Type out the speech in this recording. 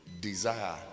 desire